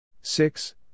six